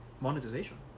Monetization